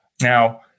Now